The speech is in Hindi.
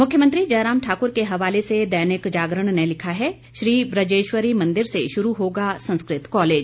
मुख्यमंत्री जयराम ठाकुर के हवाले से दैनिक जागरण ने लिखा है श्री बजेश्वरी मंदिर से शुरू होगा संस्कृत कॉलेज